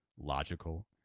logical